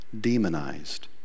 demonized